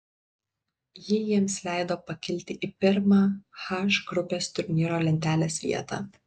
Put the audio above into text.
ji jiems leido pakilti į pirmą h grupės turnyro lentelės vietą